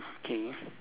okay